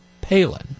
Palin